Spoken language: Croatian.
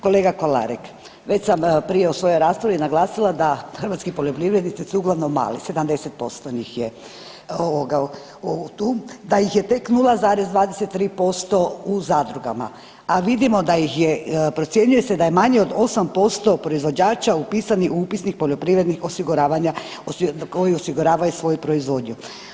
Kolega Kolarek, već sam prije u svojoj raspravi naglasila da hrvatski poljoprivrednici su uglavnom mali 70% njih je tu, da ih je tek 0,23% u zadrugama, a procjenjuje se da je manje od 8% proizvođača upisanih u upisnik poljoprivrednih osiguravanja koji osiguravaju svoju proizvodnju.